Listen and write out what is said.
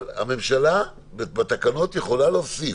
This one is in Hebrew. הממשלה בתקנות יכולה להוסיף.